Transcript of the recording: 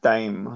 Time